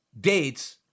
dates